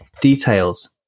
details